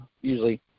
usually